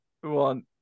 one